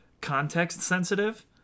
context-sensitive